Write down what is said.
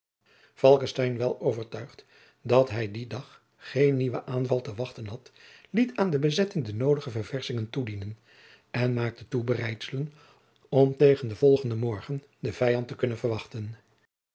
wel overtuigd dat hij dien dag geen nieuwen aanval te wachten had liet aan de bezetting de noodige ververschingen toedienen en maakte toebereidselen om tegen den volgenden morgen den vijand te kunnen verwachten